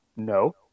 No